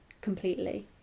completely